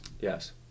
Yes